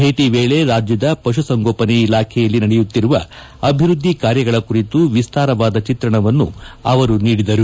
ಭೇಟಿ ವೇಳೆ ರಾಜ್ಯದ ಪಶುಸಂಗೋಪನೆ ಇಲಾಖೆಯಲ್ಲಿ ನಡೆಯುತ್ತಿರುವ ಅಭಿವೃದ್ದಿ ಕಾರ್ಯಗಳ ಕುರಿತು ವಿಸ್ತರವಾದ ಚಿತ್ರಣವನ್ನು ಅವರು ನೀಡಿದರು